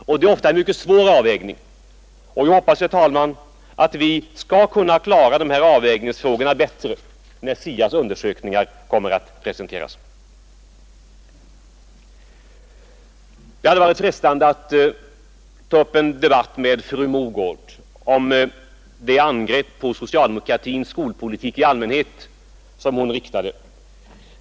Ofta är det en mycket svår avvägning, och jag hoppas, herr talman, att vi skall kunna klara dessa avvägningsfrågor bättre när SIA :s undersökningar presenterats. Det hade varit frestande att ta upp en debatt med fru Mogård om det angrepp på socialdemokratins skolpolitik i allmänhet som hon riktade.